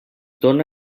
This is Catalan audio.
dóna